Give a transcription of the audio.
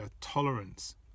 tolerance